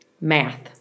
math